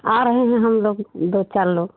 आ रहे हैं हम लोग दो चार लोग